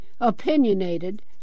opinionated